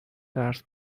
درس